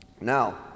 Now